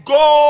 go